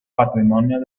patrimonio